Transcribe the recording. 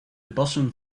bassen